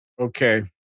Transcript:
Okay